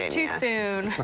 ah too soon